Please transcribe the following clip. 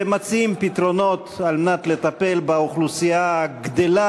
שמציעים פתרונות על מנת לטפל באוכלוסייה הגדלה